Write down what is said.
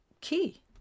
key